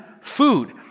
food